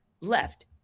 left